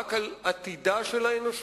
מאבק על עתידה של האנושות